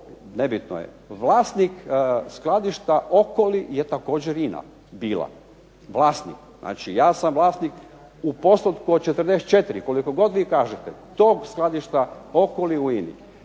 nebitno je vlasnik skladišta Okoli je također INA bila, vlasnik, znači ja sam vlasnik u postotku od 44 koliko god vi kažete, tog skladišta Okoli u INA-i